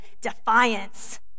defiance